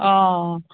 অঁ